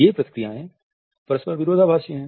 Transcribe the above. ये प्रतिक्रियाएँ परस्पर विरोधाभासी हैं